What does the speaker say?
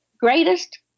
greatest